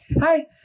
hi